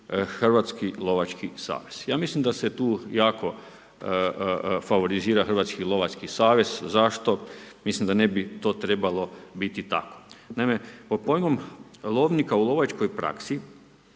Hrvatski lovački savez. Ja mislim da se tu jako favorizira Hrvatski lovački savez, zašto mislim da ne bi to trebalo biti tako. Naime, pod pojmom lovnika u lovačkoj praksi